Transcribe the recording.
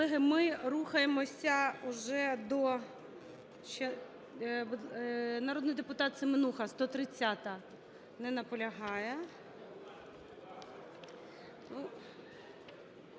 ми рухаємося уже до… Народний депутат Семенуха, 130-а.